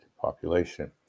population